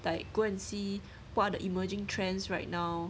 like go and see what are the emerging trends right now